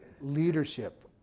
leadership